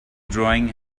drawing